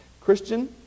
Christian